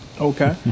Okay